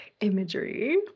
imagery